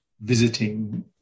visiting